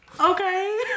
Okay